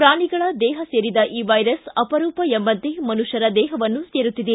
ಪ್ರಾಣಿಗಳ ದೇಹ ಸೇರಿದ ಈ ವೈರಸ್ ಅಪರೂಪ ಎಂಬಂತೆ ಮನುಷ್ಕರ ದೇಹವನ್ನು ಸೇರುತ್ತಿದೆ